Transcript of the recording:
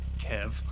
Kev